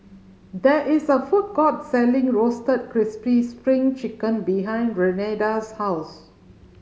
there is a food court selling Roasted Crispy Spring Chicken behind Renada's house